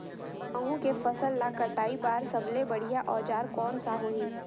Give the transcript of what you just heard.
गहूं के फसल ला कटाई बार सबले बढ़िया औजार कोन सा होही?